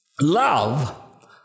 love